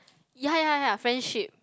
ya ya ya friendship